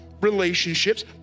relationships